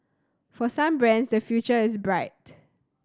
for some brands the future is bright